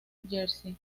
jersey